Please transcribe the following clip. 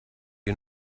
you